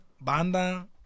banda